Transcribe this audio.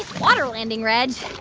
water landing, reg